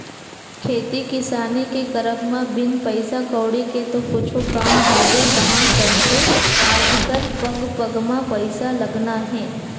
खेती किसानी के करब म बिन पइसा कउड़ी के तो कुछु काम होबे काँहा करथे आजकल पग पग म पइसा लगना हे